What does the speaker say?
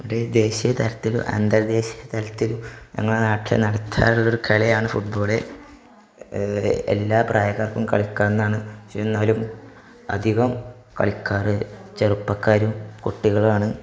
ടെ ദേശീയ തലത്തിൽ അന്തർ ദേശീയ തലത്തിൽ ഞങ്ങളുടെ നാട്ടിൽ നടത്താറുള്ള ഒരു കളിയാണ് ഫുട്ബോള് എല്ലാ പ്രായക്കാർക്കും കളിക്കാവുന്നതാണ് പക്ഷേ എന്നാലും അധികം കളിക്കാറ് ചെറുപ്പക്കാരും കുട്ടികളും ആണ്